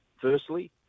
firstly